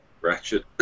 Ratchet